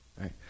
right